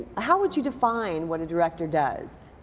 how would you define what a director does?